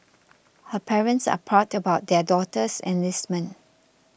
her parents are proud about their daughter's enlistment